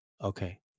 Okay